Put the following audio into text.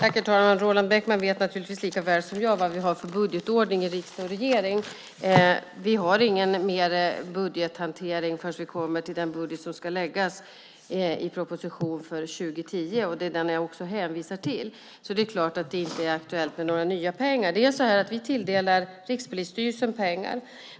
Herr talman! Roland Bäckman vet naturligtvis lika väl som jag vad vi har för budgetordning i riksdag och regering. Vi har ingen mer budgethantering förrän vi kommer till den budget som ska läggas fram i proposition för 2010. Det är den jag hänvisar till. Det är klart att det inte är aktuellt med några nya pengar. Vi tilldelar Rikspolisstyrelsen pengar.